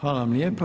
vam lijepo.